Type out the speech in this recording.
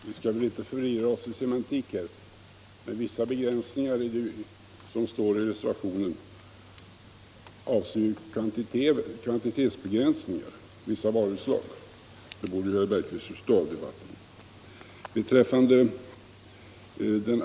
Herr talman! Vi skall väl inte förirra oss i semantik, men ”vissa begränsningar”, som det står i reservationen, avser ju begränsningar i fråga om vissa varuslag. Det borde herr Bergqvist förstå av debatten.